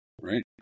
right